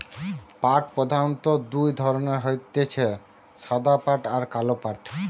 পাট প্রধানত দুই ধরণের হতিছে সাদা পাট আর কালো পাট